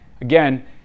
Again